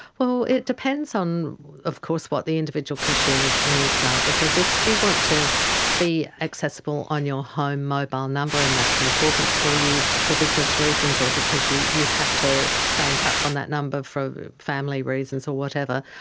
well, it depends on of course what the individual consumer's needs are because if you want to be accessible on your home mobile number and that's important for you for business reasons or because you you have to stay in touch on that number for family reasons or whatever,